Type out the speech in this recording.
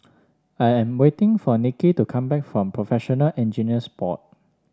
I am waiting for Nikki to come back from Professional Engineers Board